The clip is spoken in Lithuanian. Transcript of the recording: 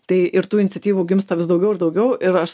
tai ir tų iniciatyvų gimsta vis daugiau ir daugiau ir aš